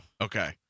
Okay